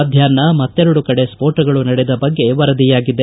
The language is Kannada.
ಮಧ್ಯಾಷ್ನ ಮತ್ತೆರಡು ಕಡೆ ಸ್ಫೋಟಗಳು ನಡೆದ ಬಗ್ಗೆ ವರದಿಯಾಗಿದೆ